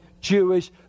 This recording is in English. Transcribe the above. Jewish